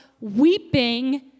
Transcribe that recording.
weeping